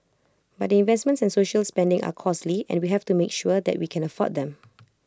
but investments and social spending are costly and we have to make sure that we can afford them